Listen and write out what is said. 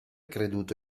creduto